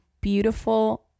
beautiful